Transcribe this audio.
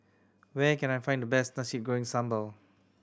where can I find the best Nasi Goreng Sambal